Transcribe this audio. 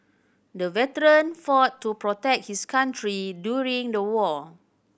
the veteran fought to protect his country during the war